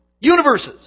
universes